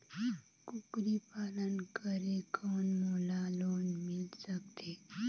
कूकरी पालन करे कौन मोला लोन मिल सकथे?